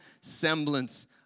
semblance